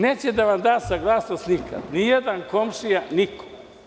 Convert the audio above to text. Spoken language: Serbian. Neće da vam da saglasnost nikad, nijedan komšija niko.